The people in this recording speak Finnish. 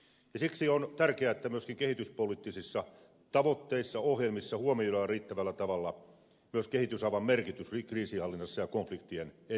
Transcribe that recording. siksi on tärkeää että myöskin kehityspoliittisissa tavoitteissa ohjelmissa huomioidaan riittävällä tavalla myös kehitysavun merkitys kriisinhallinnassa ja konfliktien ennaltaehkäisyssä